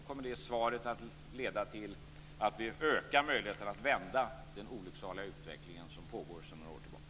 Kommer det svaret att leda till att vi ökar möjligheterna att vända den olycksaliga utveckling som pågår sedan några år tillbaka?